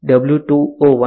W2 O1